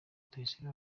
rutayisire